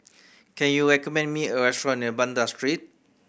can you recommend me a restaurant near Banda Street